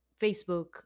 Facebook